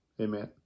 Amen